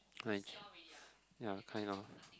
I actually yeah kind of